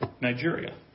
Nigeria